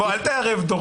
בוא, אל תערב דורים.